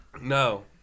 No